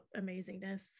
amazingness